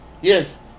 Yes